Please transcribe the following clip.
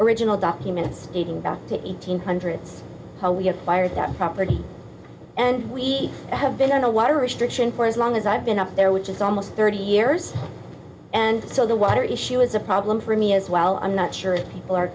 original documents dating back to eighteen hundred how we acquired that property and we have been under water restrictions for as long as i've been up there which is almost thirty years and so the water issue is a problem for me as well i'm not sure if people are